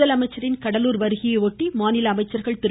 முதலமைச்சரின் வருகையை ஒட்டி மாநில அமைச்சர்கள் திரு